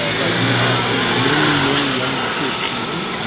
ah that you now see many, many younger kids eating,